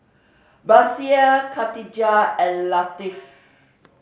Batrisya Khatijah and Latif